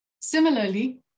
Similarly